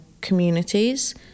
communities